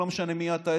לא משנה מי אתה,